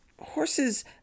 horses